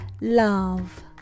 love